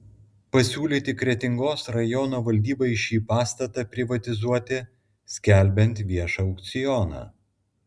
pasiūlyti kretingos rajono valdybai šį pastatą privatizuoti skelbiant viešą aukcioną